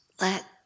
let